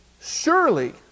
surely